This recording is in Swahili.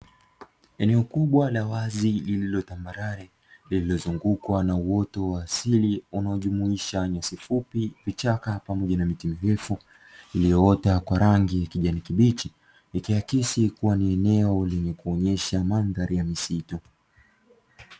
Eneo kubwa la wazi lililo tambarare lililozungukwa na uoto wa asili unaojumuisha nyasi fupi, vichaka pamoja na miti mirefu iliyoota kwa rangi ya kijani kibichi ikiaksi kuwa ni eneo lililoota kwa ajili ya kuonyesha mandhari ya misitu.